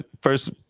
First